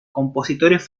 compositores